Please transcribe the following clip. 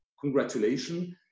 congratulations